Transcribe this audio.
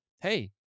hey